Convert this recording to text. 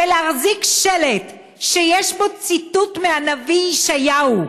ולהחזיק שלט שיש בו ציטוט מהנביא ישעיהו,